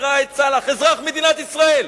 אומר ראאד סלאח, אזרח מדינת ישראל,